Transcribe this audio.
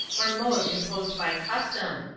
or mode imposed by custom,